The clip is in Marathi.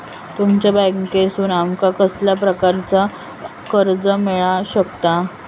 तुमच्या बँकेसून माका कसल्या प्रकारचा कर्ज मिला शकता?